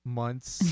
months